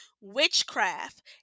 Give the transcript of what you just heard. witchcraft